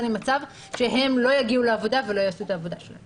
לי מצב שהם לא יגיעו לעבודה ולא יעשו את העבודה שלהם.